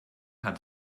hat